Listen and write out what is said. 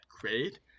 great